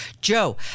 Joe